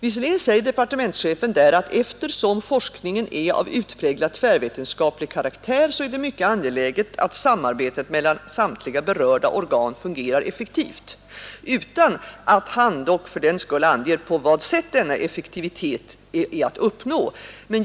Visserligen säger departementschefen där, att eftersom forskningen är av utpräglat tvärvetenskaplig karaktär, så är det mycket angeläget att samarbetet mellan samtliga berörda organ fungerar effektivt, utan att han dock fördenskull anger på vilket sätt denna effektivitet är att uppnå.